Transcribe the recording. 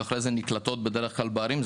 ואחרי זה נקלטות בדרך כלל בערים.